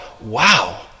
wow